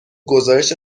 گزارش